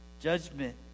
Judgment